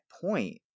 point